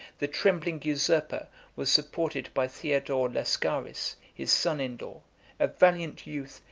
the trembling usurper was supported by theodore lascaris, his son-in-law, a valiant youth,